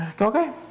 Okay